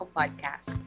podcast